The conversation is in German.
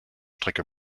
strecke